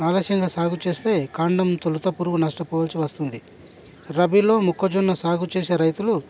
ఆలస్యంగా సాగు చేస్తే కాండం తొలుత పురుగు నష్టపోవాల్సి వస్తుంది రబీలో మొక్కజొన్న సాగు చేసే రైతులు